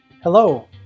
Hello